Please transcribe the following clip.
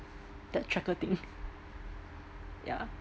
that tracker thing ya